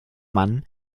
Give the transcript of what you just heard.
mann